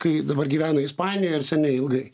kai dabar gyvena ispanijoj neilgai